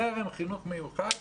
זרם חינוך מיוחד,